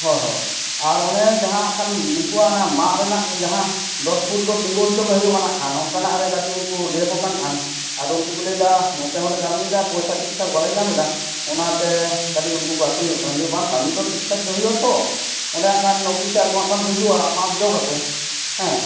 ᱦᱳᱭ ᱦᱳᱭ ᱟᱨ ᱚᱱᱮ ᱡᱟᱦᱟᱸ ᱦᱟᱸᱜ ᱠᱷᱟᱱ ᱩᱱᱠᱩᱣᱟᱜ ᱡᱟᱦᱟᱸ ᱢᱟᱜ ᱨᱮᱱᱟᱜ ᱡᱟᱦᱟᱸ ᱫᱚᱥ ᱯᱷᱩᱴ ᱫᱚ ᱛᱤᱸᱜᱩ ᱦᱚᱪᱚ ᱜᱮ ᱦᱩᱭᱩᱜᱼᱟ ᱦᱟᱸᱜ ᱠᱷᱟᱱ ᱚᱱᱠᱟᱱᱟᱜ ᱨᱮ ᱠᱟᱹᱴᱤᱡ ᱩᱱᱠᱩ ᱞᱟᱹᱭᱟᱠᱚ ᱠᱟᱱ ᱠᱷᱟᱱ ᱟᱫᱚ ᱩᱱᱠᱩ ᱠᱚ ᱞᱟᱹᱭ ᱮᱫᱟ ᱱᱱᱚᱛᱮ ᱦᱚᱸᱞᱮ ᱠᱟᱹᱢᱤᱭᱮᱫᱟ ᱟᱨ ᱯᱚᱭᱥᱟ ᱴᱷᱤᱼᱴᱷᱟᱠ ᱵᱟᱞᱮ ᱧᱟᱢᱮᱫᱟ ᱚᱱᱟᱛᱮ ᱩᱱᱠᱩ ᱠᱟᱹᱴᱤᱡ ᱠᱚ ᱟᱛᱨᱩᱧᱚᱜ ᱠᱟᱱᱟ ᱞᱟᱹᱭᱫᱟᱹᱧ ᱵᱟᱝ ᱠᱟᱹᱢᱤ ᱫᱚ ᱴᱷᱤᱠᱼᱴᱷᱟᱠ ᱜᱮ ᱦᱩᱭᱩᱜᱼᱟ ᱛᱚ ᱚᱱᱰᱮ ᱦᱟᱸᱜ ᱠᱷᱟᱱ ᱚᱯᱤᱥᱟᱨ ᱠᱚ ᱦᱟᱸᱜ ᱠᱷᱟᱱ ᱠᱚ ᱦᱤᱡᱩᱜᱼᱟ ᱢᱟᱯ ᱡᱳᱜᱟᱠᱚ ᱦᱮᱸ